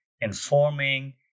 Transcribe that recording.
informing